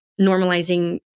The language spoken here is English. normalizing